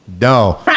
No